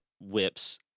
whips